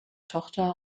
tochter